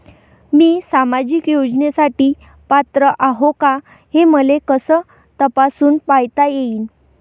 मी सामाजिक योजनेसाठी पात्र आहो का, हे मले कस तपासून पायता येईन?